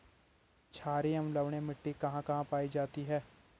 छारीय एवं लवणीय मिट्टी कहां कहां पायी जाती है?